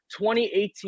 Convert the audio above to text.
2018